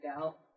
out